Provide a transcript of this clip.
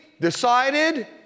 decided